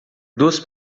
duas